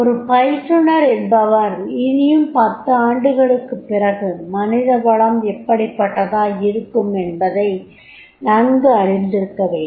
ஒரு பயிற்றுனர் என்பவர் இனியும் 10 ஆண்டுகளுக்குப் பிறகு மனித வளம் எப்படிப்பட்டதாய் இருக்கும் என்பதை நங்கு அறிந்திருக்கவேண்டும்